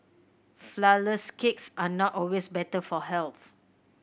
flourless cakes are not always better for health